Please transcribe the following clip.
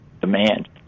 demand